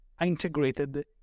integrated